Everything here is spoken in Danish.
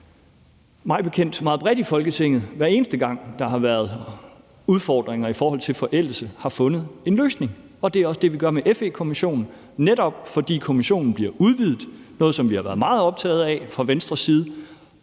hver eneste gang der har været udfordringer i forhold til forældelse, har fundet en løsning, og det er også det, vi gør med FE-kommissionen, netop ved at kommissionen bliver udvidet – det er noget, som vi har været meget optaget af fra Venstres side